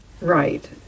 Right